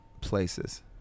places